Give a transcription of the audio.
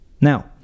Now